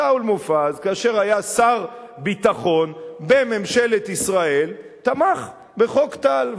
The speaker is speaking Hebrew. שאול מופז כאשר היה שר ביטחון בממשלת ישראל תמך בחוק טל,